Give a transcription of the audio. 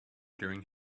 during